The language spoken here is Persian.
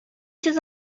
چیز